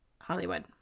Hollywood